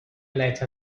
let